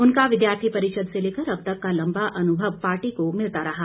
उनका विद्यार्थी परिषद से लेकर अब तक का लम्बा अनुभव पार्टी को मिलता रहा